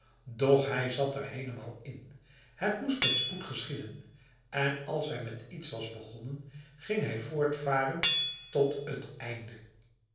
doch hij zat er eenmaal in het moest met spoed geschieden en als hij met iets was begonnen ging hij voortvarend door tot het einde